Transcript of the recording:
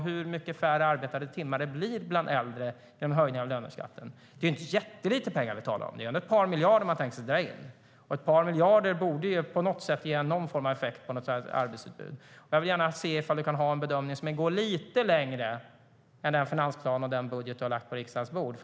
Hur många färre arbetade timmar blir det bland äldre genom höjningen av löneskatten? Det är inte jättelite pengar vi talar om. Det är ändå ett par miljarder man tänker sig att dra in. Ett par miljarder borde ge någon form av effekt vad gäller arbetsutbudet. Jag vill gärna se ifall du kan ha en bedömning som går lite längre än den finansplan och den budget som du har lagt på riksdagens bord.